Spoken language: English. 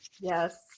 Yes